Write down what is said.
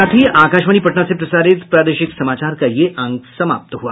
इसके साथ ही आकाशवाणी पटना से प्रसारित प्रादेशिक समाचार का ये अंक समाप्त हुआ